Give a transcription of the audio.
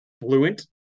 fluent